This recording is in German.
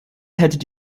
hättet